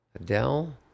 Adele